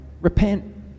Repent